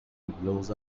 blows